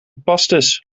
pastis